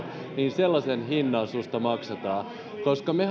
sellainen hinta sinusta maksetaan me